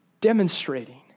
demonstrating